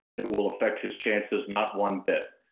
it will affect his chances not one bit.